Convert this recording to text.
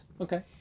Okay